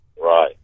Right